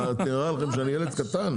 נראה לכם שאני ילד קטן?